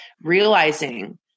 realizing